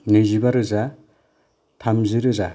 नैजिबा रोजा थामजि रोजा